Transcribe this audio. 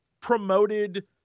promoted